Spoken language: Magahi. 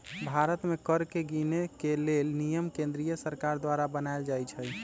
भारत में कर के गिनेके लेल नियम केंद्रीय सरकार द्वारा बनाएल जाइ छइ